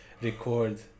Record